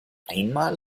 einmal